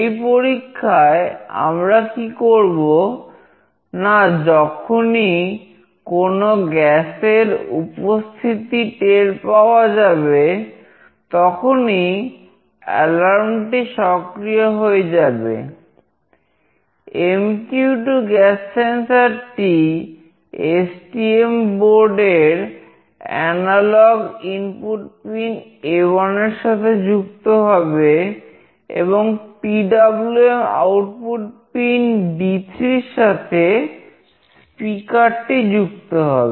এই পরীক্ষায় আমরা কি করব না যখনই কোন গ্যাসের উপস্থিতি টের পাওয়া যাবে তখনই এলার্মটি যুক্ত হবে